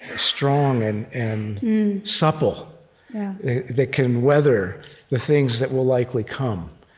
ah strong and and supple that can weather the things that will likely come?